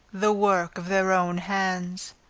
the work of their own hands.